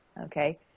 okay